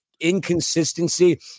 inconsistency